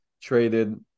traded